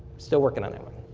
still working on that one.